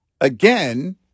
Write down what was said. again